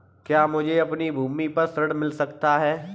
क्या मुझे अपनी भूमि पर ऋण मिल सकता है?